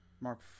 Mark